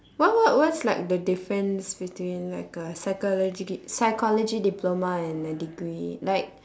what what what's like the difference between like a psychology de~ psychology diploma and a degree like